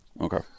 okay